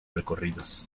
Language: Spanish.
recorridos